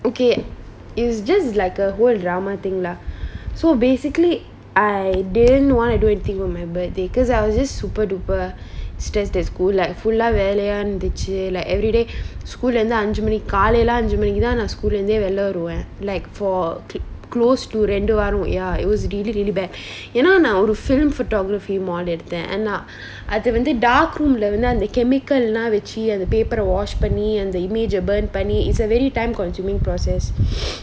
okay is just like a whole drama thing lah so basically I didn't want to do anything on my birthday because I was just super duper stress at school like full ah வேலையா இருந்துச்சி:velaya irunthuchi like everyday school lah இருந்து அஞ்சு மணிக்கு காலையில அஞ்சு மணிக்கு தான் நா:irunthu anju manikku kalayila anju manikku than na school leh இருந்தே வெளிய வருவன்:irunthe veliya varuvan like for close to ரெண்டு வாரம்:rendu varam ya it was really really bad ஏன்னா நா ஒரு:eanna na oru film photography mode எடுத்தன்:eduthan and நா அது வந்து:na athu vanthu dark room lah வந்து அந்த:vanthu antha chemical lah வச்சி அந்த:vachi antha paper ah wash பண்ணி அந்த:panni antha image ah burn பண்ணி:panni it a very time consuming process